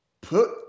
put